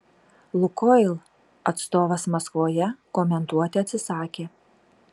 lukoil atstovas maskvoje komentuoti atsisakė